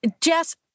Jess